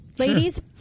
Ladies